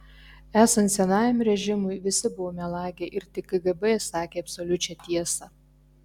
esant senajam režimui visi buvo melagiai ir tik kgb sakė absoliučią tiesą